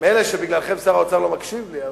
מילא שבגללכם שר האוצר לא מקשיב לי.